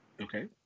Okay